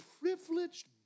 privileged